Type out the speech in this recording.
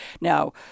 Now